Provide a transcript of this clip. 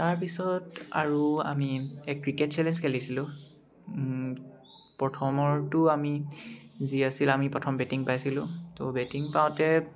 তাৰপিছত আৰু আমি এক ক্ৰিকেট চেলেঞ্জ খেলিছিলোঁ প্ৰথমৰটো আমি যি আছিল আমি প্ৰথম বেটিং পাইছিলোঁ তো বেটিং পাওঁতে